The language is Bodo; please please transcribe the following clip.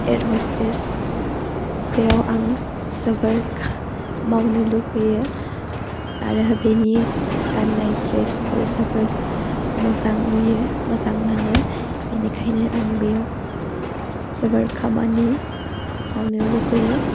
एइर हस्टेस बेयाव आं जोबोर खामानि मावनो लुगैयो आरो बेनि गाननाय ड्रेसखौ जोबोर मोजां नुयो मोजां नाङो बेनिखायनो आं बेयाव जोबोर खामानि मावनो लुगैयो